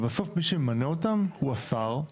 אבל בסוף מי שממנה אותם הוא השר.